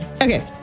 Okay